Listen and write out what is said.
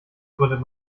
gründet